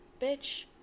Bitch